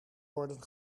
worden